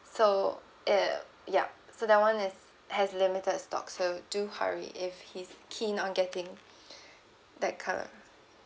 so it'll yup so that one is has limited stocks so do hurry if he's keen on getting that colour